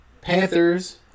Panthers